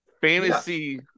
Fantasy